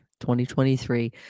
2023